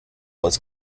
was